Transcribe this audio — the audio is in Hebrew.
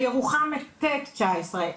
בירוחם את טק 19,